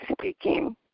speaking